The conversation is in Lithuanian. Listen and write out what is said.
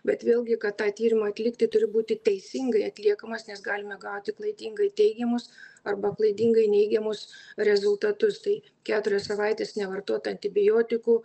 bet vėlgi kad tą tyrimą atlikti turi būti teisingai atliekamas nes galime gauti klaidingai teigiamus arba klaidingai neigiamus rezultatus tai keturias savaites nevartot antibiotikų